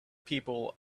people